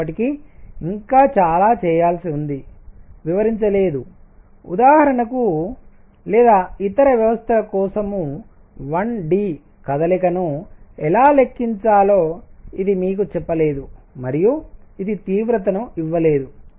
అయినప్పటికీ ఇంకా చాలా చేయాల్సి ఉంది వివరించలేదు ఉదాహరణకు లేదా ఇతర వ్యవస్థల కోసం 1 D కదలికను ఎలా లెక్కించాలో ఇది మీకు చెప్పలేదు మరియు ఇది తీవ్రతను ఇవ్వలేదు